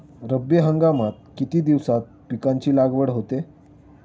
रब्बी हंगामात किती दिवसांत पिकांची लागवड होते?